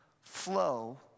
flow